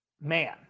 man